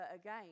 again